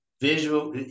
visual